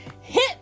Hit